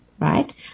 right